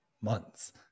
months